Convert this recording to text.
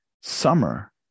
Summer